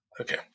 Okay